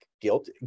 guilt